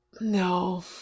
No